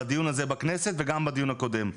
בדיון הזה בכנסת וגם בדיון הקודם,